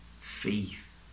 faith